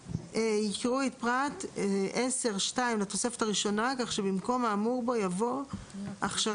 יקראו את פרט 10(2) לתוספת הראשונה כך שבמקום האמור בו יבוא "הכשרה